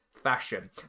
fashion